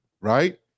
right